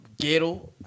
ghetto